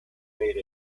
made